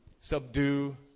subdue